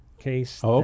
case